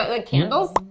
like candles?